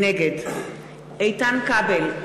נגד איתן כבל,